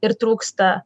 ir trūksta